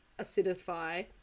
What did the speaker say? acidify